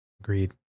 Agreed